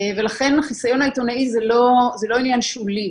ולכן החיסיון העיתונאי הוא לא עניין שולי.